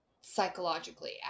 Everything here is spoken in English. psychologically